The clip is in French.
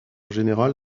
général